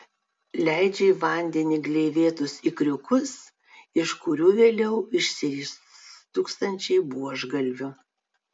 leidžia į vandenį gleivėtus ikriukus iš kurių vėliau išsiris tūkstančiai buožgalvių